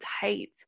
tight